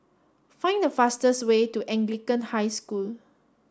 find the fastest way to Anglican High School